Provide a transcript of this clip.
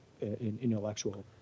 intellectual